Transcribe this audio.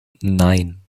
nein